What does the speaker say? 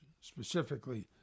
specifically